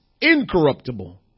incorruptible